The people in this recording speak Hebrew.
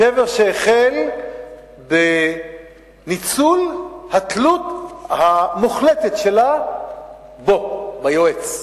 שבר שהחל בניצול התלות המוחלטת שלה בו, ביועץ.